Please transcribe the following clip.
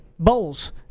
Bowls